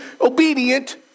obedient